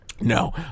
No